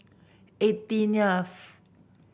eighteenth